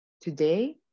today